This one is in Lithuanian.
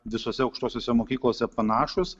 visose aukštosiose mokyklose panašūs